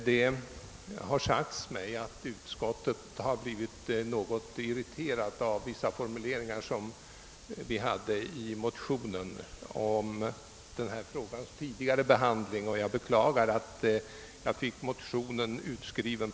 Det har sagts mig att utskottet har blivit något irriterat av vissa formuleringar i motionerna beträffande denna frågas tidigare behandling.